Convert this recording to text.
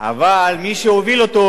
אבל מי שהוביל אותו,